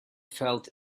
felt